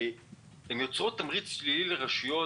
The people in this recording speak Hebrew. יוצרות תמריץ שלילי לרשויות.